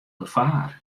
gefaar